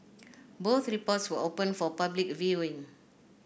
both reports were open for public viewing